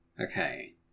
Okay